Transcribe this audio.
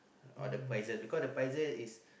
all the prices because the prices is